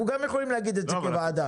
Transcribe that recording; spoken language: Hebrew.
אנחנו יכולים כוועדה לומר את זה.